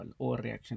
overreaction